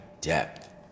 depth